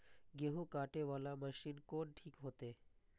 गेहूं कटे वाला मशीन कोन ठीक होते?